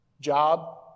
Job